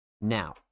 Now